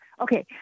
Okay